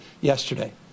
yesterday